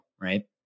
right